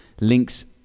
links